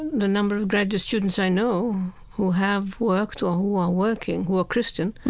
the number of graduate students i know who have worked or who are working, who are christian,